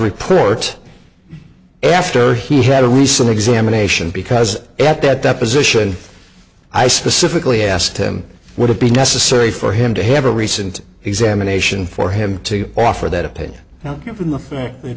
report after he had a recent examination because at that deposition i specifically asked him would it be necessary for him to have a recent examination for him to offer that opinion now given the fact that